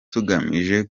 tugamije